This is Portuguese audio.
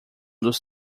dos